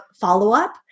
follow-up